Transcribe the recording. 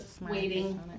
waiting